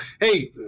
hey